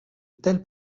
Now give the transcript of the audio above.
telle